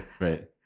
right